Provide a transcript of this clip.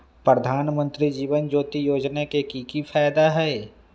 प्रधानमंत्री जीवन ज्योति योजना के की फायदा हई?